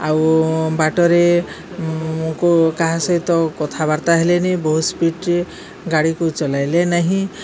ଆଉ ବାଟରେ କୋ କାହା ସହିତ କଥାବାର୍ତ୍ତା ହେଲେନି ବହୁତ ସ୍ପିଡ଼ରେ ଗାଡ଼ିକୁ ଚଲାଇଲେ ନାହିଁ